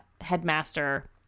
headmaster